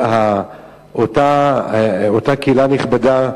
שכאשר אותה קהילה נכבדה,